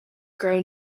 grown